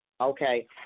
okay